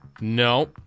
No